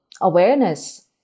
awareness